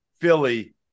Philly